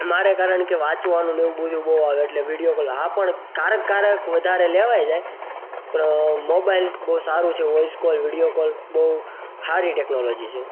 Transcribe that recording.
મારે કારણ કે વાંચવાનું ને એવું બધું બહુ આવે એટલે વિડીયો કોલ હા પણ ક્યારેક ક્યારેક વધારે લેવાઈ જાય પણ મોબાઈલ બહુ સારું છે વોઇસ કોલ વિડીયો કોલ બહુ સારી ટેકનોલોજી છે